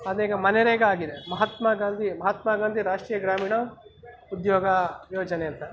ಅದು ಈಗ ಮನೆರೇಗ ಆಗಿದೆ ಮಹಾತ್ಮ ಗಾಂಧಿ ಮಹಾತ್ಮ ಗಾಂಧಿ ರಾಷ್ಟ್ರೀಯ ಗ್ರಾಮೀಣ ಉದ್ಯೋಗ ಯೋಜನೆ ಅಂತ